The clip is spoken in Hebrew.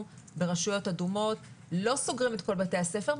ברשויות אדומות לא סוגרים את כל בתי הספר,